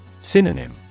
Synonym